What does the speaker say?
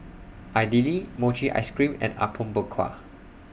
Idly Mochi Ice Cream and Apom Berkuah